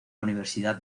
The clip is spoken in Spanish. universidad